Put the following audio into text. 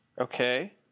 okay